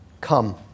Come